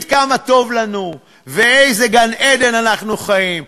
כמה טוב לנו ובאיזה גן-עדן אנחנו חיים,